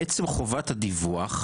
עצם חובת הדיווח,